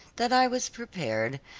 that i was prepared,